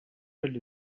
mill